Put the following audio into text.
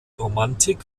romantik